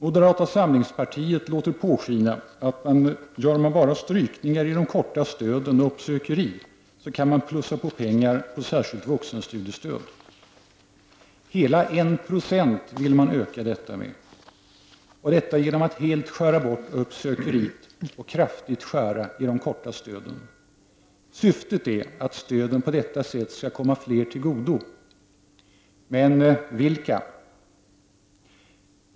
Moderata samlingspartiet låter påskina att om man bara gör strykningar när det gäller de korta stöden och uppsökeri kan man plussa på pengar på särskilt vuxenstudiestöd. Man vill öka detta med hela 1 96! Det skall ske genom att man helt skär bort uppsökeriet och kraftigt skär i de korta stöden. Syftet är att stöden på detta sätt skall komma fler till godo. Men vilka?